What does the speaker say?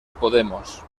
podemos